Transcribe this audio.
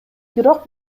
бирок